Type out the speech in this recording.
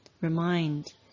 remind